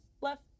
left